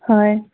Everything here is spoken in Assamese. হয়